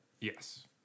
Yes